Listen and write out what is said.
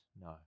no